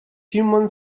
human